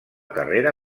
carrera